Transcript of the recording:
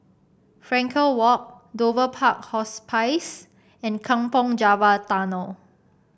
Frankel Walk Dover Park Hospice and Kampong Java Tunnel